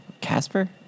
Casper